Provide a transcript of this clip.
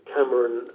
Cameron